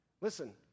Listen